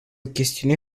chestiune